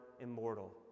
immortal